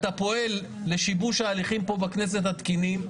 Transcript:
אתה פועל לשיבוש ההליכים פה בכנסת, התקינים.